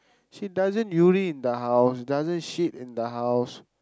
she doesn't urine in the house she doesn't shit in the house